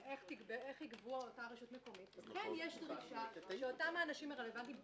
איך יגבו באותה רשות מקומית אז כן יש מקום לדרישה לאותם אנשים רלבנטיים,